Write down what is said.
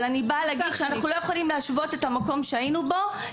אבל אני באה להגיד שאנחנו לא יכולים להשוות את המקום שהיינו בו,